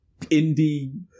indie